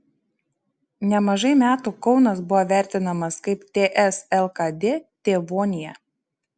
nemažai metų kaunas buvo vertinamas kaip ts lkd tėvonija